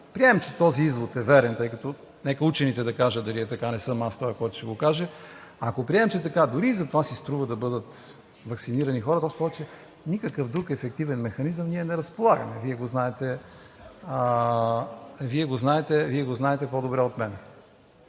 приемем, че този извод е верен – нека учените кажат дали е така, не съм аз този, който ще го каже, ако приемем, че е така, дори затова си струва да бъдат ваксинирани хора, тоест повече с никакъв друг ефективен механизъм ние не разполагаме. Вие го знаете по-добре от мен.